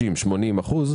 90-80 אחוזים,